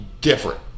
different